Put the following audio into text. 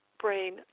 brain